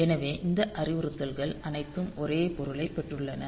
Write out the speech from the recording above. எனவே இந்த அறிவுறுத்தல்கள் அனைத்தும் ஒரே பொருளைப் பெற்றுள்ளன